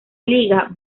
liga